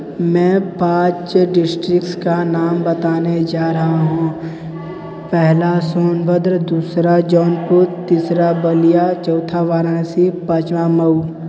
मै पाँच डिस्ट्रिकस का नाम बताने जा रहा हूँ पहला सोनभद्र दूसरा जौनपुर तीसरा बलिया चौथा वाराणसी पाँचवा मऊ